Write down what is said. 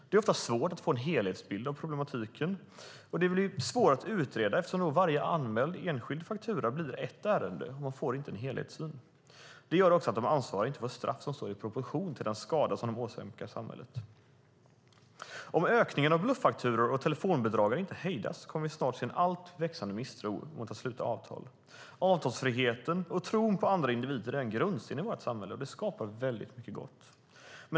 Det är oftast svårt att få en helhetsbild av problemen, och det blir svårare att utreda eftersom varje anmäld enskild faktura blir ett ärende. Man får inte en helhetssyn. Det gör också att de ansvariga inte får straff som står i proportion till den skada de åsamkar samhället. Om ökningen av bluffakturor och telefonbedragare inte hejdas kommer vi snart att se en växande misstro mot att sluta avtal. Avtalsfriheten och tron på andra individer är en grundsten i vårt samhälle, och den skapar mycket gott.